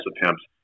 attempts